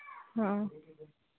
ᱦᱮᱸ